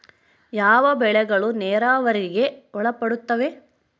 ಯಾವ ಬೆಳೆಗಳು ನೇರಾವರಿಗೆ ಒಳಪಡುತ್ತವೆ?